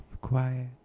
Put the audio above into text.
quiet